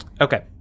Okay